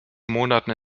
monaten